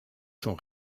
son